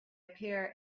appear